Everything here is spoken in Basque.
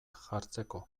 jartzeko